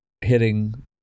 hitting